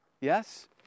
Yes